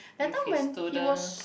with his students